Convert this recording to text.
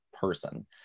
person